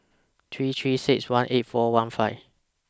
three three six one eight four one five